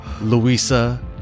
Louisa